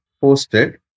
posted